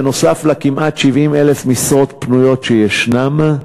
נוסף על כמעט 70,000 משרות פנויות שישנן,